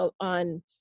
on